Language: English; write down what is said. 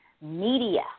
media